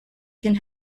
can